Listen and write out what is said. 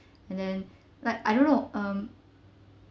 and then like I don't know um yup